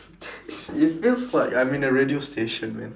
it's it feels like I'm in a radio station man